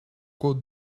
кот